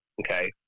Okay